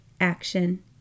action